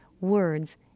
words